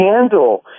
handle